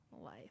life